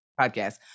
podcast